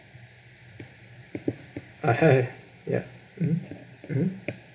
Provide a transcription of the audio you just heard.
I heard ya mmhmm mmhmm